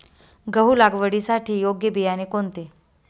गहू लागवडीसाठी योग्य बियाणे कोणते?